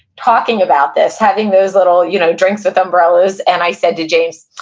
talking about this, having those little, you know, drinks with umbrellas, and i said to james,